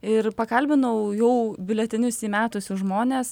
ir pakalbinau jau biuletenius įmetusius žmones